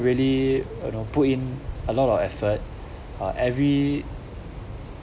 really you know put in a lot of effort uh every